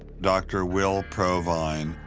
dr. will provine,